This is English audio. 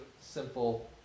simple